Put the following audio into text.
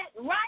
right